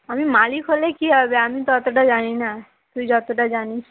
আমি মালিক হলে কী হবে আমি তো অতোটা জানি না তুই যতোটা জানিস